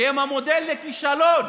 כי הם המודל לכישלון